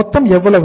மொத்தம் எவ்வளவு